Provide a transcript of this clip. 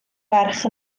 ferch